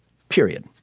period